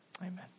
Amen